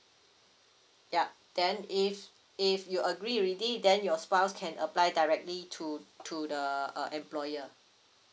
ya then if if you agree already then your spouse can apply directly to to the uh employer